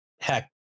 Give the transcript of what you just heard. heck